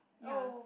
ya